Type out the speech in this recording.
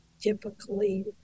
typically